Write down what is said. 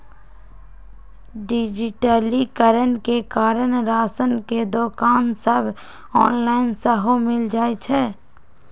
डिजिटलीकरण के कारण राशन के दोकान सभ ऑनलाइन सेहो मिल जाइ छइ